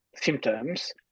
symptoms